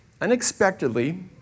unexpectedly